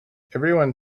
everyone